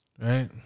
right